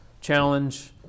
challenge